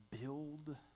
build